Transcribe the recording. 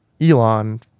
Elon